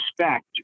respect